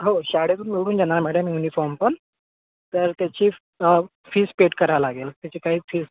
हो शाळेतून मिळून जाणार मॅडम युनिफॉर्म पण तर त्याची फ फीस पेड करावं लागेल त्याची काही फीस